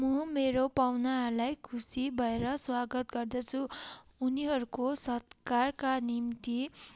म मेरो पाहुनाहरूलाई खुसी भएर स्वागत गर्दछु उनीहरूको सत्कारका निम्ति